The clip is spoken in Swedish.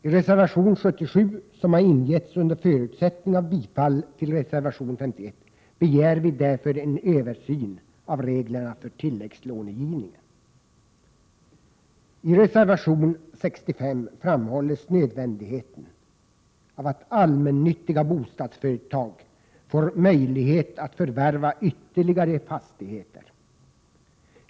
I reservation 77, som har ingetts under förutsättning av bifall till reservation 51, begär vi därför en översyn av reglerna för tilläggslånegivningen. I reservation 65 framhålls nödvändigheten av att allmännyttiga bostadsföretag får möjlighet att förvärva ytterligare fastigheter.